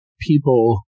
people